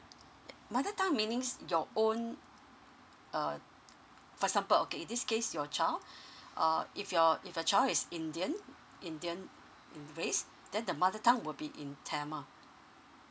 mother tongue meanings your own err for example okay in this case your child err if your if your child is indian indian race then the mother tongue will be in tamil